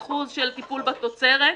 22% של טיפול בתוצרת.